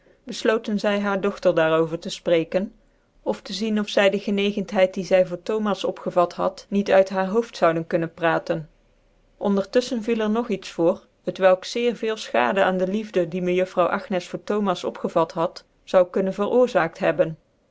zy haar dogtcr daar over tc fprecken of te zien of zy ilc gencgenthcid die zy voor thomas opgevat had niet uit haar hoofc zouden kunnen praten ondertuflchen viel er no iets voor t welk zeer veel fchadc aan de liefde die mejuffrouw agnèl voor thomas opgevat had zoude kunnen veroorzaakt hebben